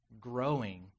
growing